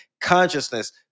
Consciousness